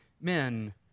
men